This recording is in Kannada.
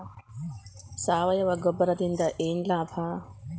ಸಾವಯವ ಗೊಬ್ಬರದಿಂದ ಏನ್ ಲಾಭ?